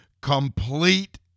complete